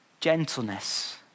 Gentleness